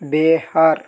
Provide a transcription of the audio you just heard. Bihar